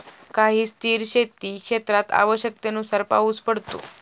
काही स्थिर शेतीक्षेत्रात आवश्यकतेनुसार पाऊस पडतो